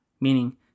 meaning